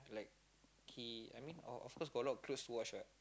like he I mean of course got a lot of clothes to wash what